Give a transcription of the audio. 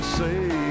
say